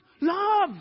Love